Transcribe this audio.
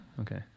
Okay